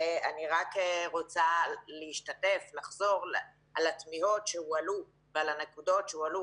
ואני רק רוצה להשתתף ולחזור על התמיהות שהועלו ועל הנקודות שהועלו,